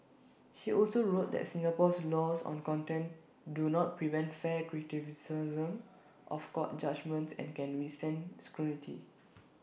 she also wrote that Singapore's laws on contempt do not prevent fair criticisms of court judgements and can withstand scrutiny